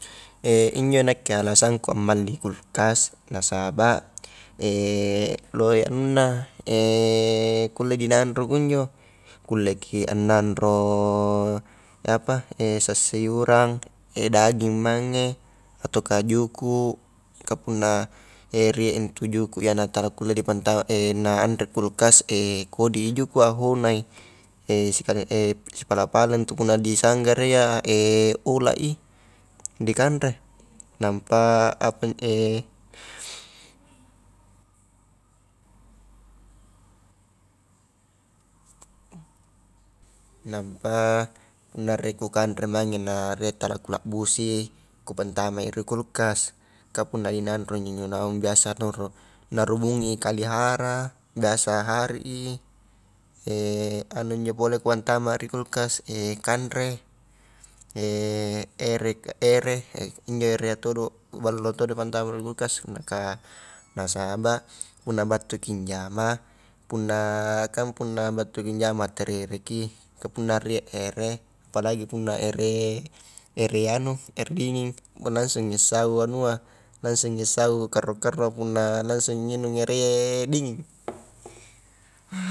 injo nakke alasanku ammalli kulkas nasaba lohe anunna kulleki nanro kunjo, kulleki a nanro apa sayur-sayuran, daging mange, ataukah juku', kah punna rie intu juku' iya natala kulle dipantama na anre kulkas kodi i juku' a honai, sikali sipala-pala itu punna disanggarai iya olak i, dikanre, nampa apan, nampa punna rie kukanre mange na rie tala kulabbusi, kupantamai ri kulkas kah punna dinanrongi njo naung biasa naro narumungi i kalihara, biasa hari i anunjo pole kupantama ri kulkas kanre, ere-ere injo erea todo ballo todo dipantama di kulkas, na kah nasaba, punna battuki njama, punna kan punna battuki njama terereki, ka punna rie ere apalagi punna ere-ere anu, air dinging, beh langsungi assau anua, langsungi assau karro-karroa punna langsungi ngirung ere dinging.